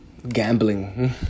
Gambling